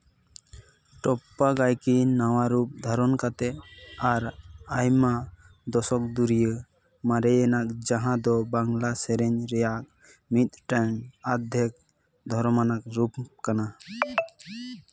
ᱴᱚᱯᱯᱟ ᱜᱟᱭᱠᱤ ᱱᱟᱣᱟ ᱨᱩᱯ ᱫᱷᱟᱨᱚᱱ ᱠᱟᱛᱮ ᱟᱨ ᱟᱭᱢᱟ ᱫᱚᱥᱚᱠ ᱫᱷᱩᱨᱤᱭᱟᱹ ᱢᱟᱨᱮᱭᱟᱱᱟᱜ ᱡᱟᱦᱟᱸ ᱫᱚ ᱵᱟᱝᱞᱟ ᱥᱮᱨᱮᱧ ᱨᱮᱭᱟᱜ ᱢᱤᱫᱴᱮᱱ ᱟᱫᱽᱫᱷᱮᱠ ᱫᱷᱚᱨᱚᱢᱟᱱᱟᱜ ᱨᱩᱯ ᱠᱟᱱᱟ